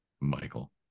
Michael